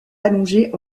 allongés